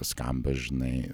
skamba žinai